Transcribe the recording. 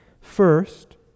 First